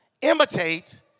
imitate